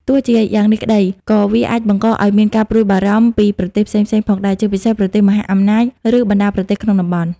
ទោះជាយ៉ាងនេះក្តី ក៏វាអាចបង្កឱ្យមានការព្រួយបារម្ភពីប្រទេសផ្សេងៗផងដែរ ជាពិសេសប្រទេសមហាអំណាច ឬបណ្តាប្រទេសក្នុងតំបន់។